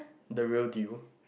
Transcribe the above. the real deal